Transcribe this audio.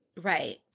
Right